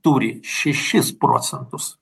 turi šešis procentus